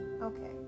Okay